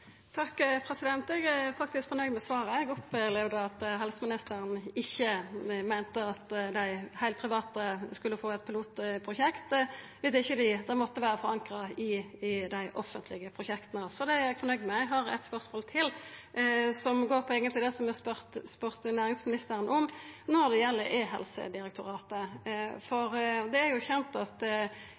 Eg er faktisk fornøgd med svaret. Eg opplevde at helseministeren ikkje meinte at dei heilprivate skulle få eit pilotprosjekt – det måtte vera forankra i dei offentlege prosjekta. Det er eg fornøgd med. Eg har eit spørsmål til, som eigentleg går på det som eg spurde næringsministeren om, når det gjeld e-helsedirektoratet. Det er kjent at